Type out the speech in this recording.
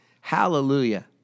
Hallelujah